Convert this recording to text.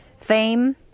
fame